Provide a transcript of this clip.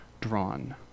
drawn